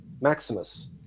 Maximus